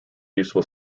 useful